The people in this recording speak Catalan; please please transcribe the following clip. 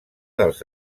dels